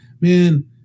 man